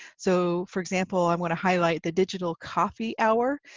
so, for example, i want to highlight the digital coffee hour,